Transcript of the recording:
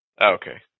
okay